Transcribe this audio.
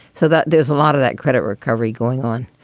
so that there's a lot of that credit recovery going on.